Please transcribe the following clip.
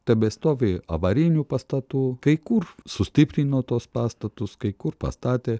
tebestovi avarinių pastatų kai kur sustiprino tuos pastatus kai kur pastatė